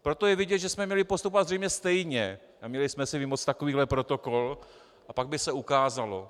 Proto je vidět, že jsme měli postupovat zřejmě stejně a měli jsme si vymoct takovýhle protokol, a pak by se ukázalo.